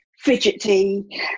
fidgety